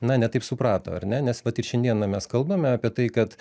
na ne taip suprato ar ne nes vat ir šiandieną mes kalbame apie tai kad